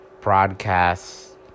broadcasts